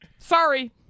Sorry